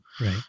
Right